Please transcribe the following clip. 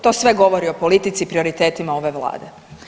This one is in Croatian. To sve govori o politici i prioritetima ove Vlade.